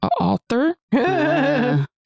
author